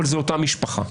אבל זה אותה משפחה.